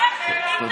רק שנאה.